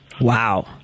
Wow